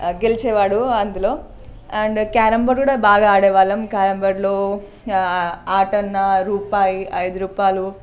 గెలిచేవాడు అందులో and carrom board కూడా బాగా ఆడే వాళ్ళం క్యారం బోర్డ్లో ఆటాణ రూపాయి ఐదు రూపాయలు